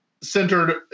centered